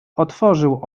otworzył